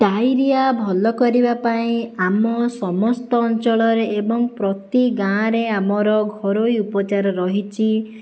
diarrhoea ଭଲ କରିବା ପାଇଁ ଆମ ସମସ୍ତ ଅଞ୍ଚଳରେ ଏବଂ ପ୍ରତି ଗାଁରେ ଆମର ଘରୋଇ ଉପଚାର ରହିଛି